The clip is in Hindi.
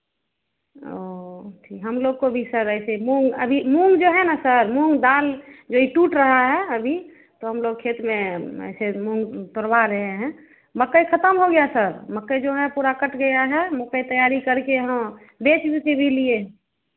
ओ ठीक हम लोग को भी सब ऐसे मूंग अभी मूंग जो है ना सर मूंग दाल जो ई टूट रहा है अभी तो हम लोग खेत में ऐसे मूंग तोड़वा रहे हैं मकई खतम हो गया सर मकई जो हैं पूरा कट गया है मकई तैयारी करके हाँ बेच उच भी लिए